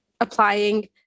applying